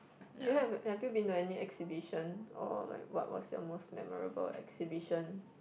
you have have you been to any exhibition or like what what's your most memorable exhibition